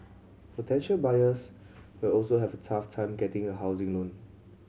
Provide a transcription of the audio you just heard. potential buyers will also have a tough time getting a housing loan